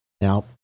Now